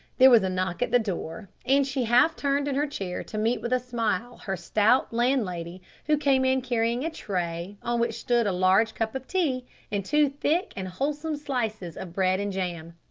there was a knock at the door, and she half turned in her chair to meet with a smile her stout landlady who came in carrying a tray on which stood a large cup of tea and two thick and wholesome slices of bread and jam.